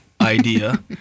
idea